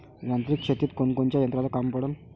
यांत्रिक शेतीत कोनकोनच्या यंत्राचं काम पडन?